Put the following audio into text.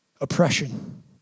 Oppression